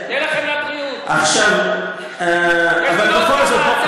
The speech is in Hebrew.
לא רוצה.